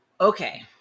Okay